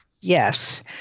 Yes